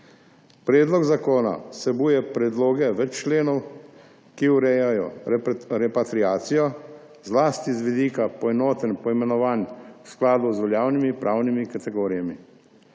Predlog zakona vsebuje predloge več členov, ki urejajo repatriacijo, zlasti z vidika poenotenj poimenovanj v skladu z veljavnimi pravnimi kategorijami.